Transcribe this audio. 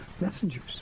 messengers